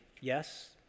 yes